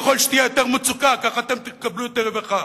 שככל שתהיה יותר מצוקה, כך אתם תקבלו יותר רווחה.